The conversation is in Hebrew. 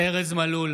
ארז מלול,